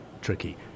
tricky